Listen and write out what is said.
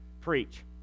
preach